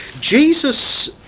Jesus